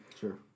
sure